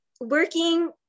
working